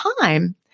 time